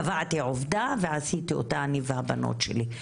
קבעתי עובדה ועשיתי אותה אני והבנות שלי,